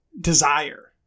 desire